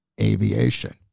aviation